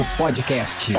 podcast